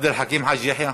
עבד אל חכים חאג' יחיא,